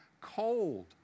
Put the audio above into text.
Cold